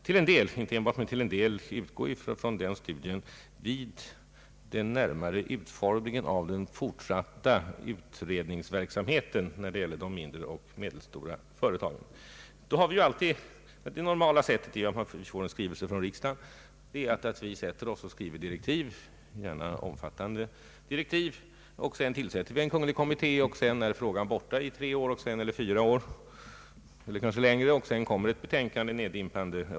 Till en del ämnar vi också utgå från den studien vid den närmare utformningen av den fortsatta utredningsverksamheten rörande de mindre och medelstora företagen. Det normala sättet när vi får en skrivelse från riksdagen är att vi skriver direktiv, gärna omfattande sådana, och så tillsätter vi en kunglig kommitté. Därefter är frågan förd åt sidan i tre eller fyra år eller kanske mera, och sedan kommer ett betänkande neddimpande.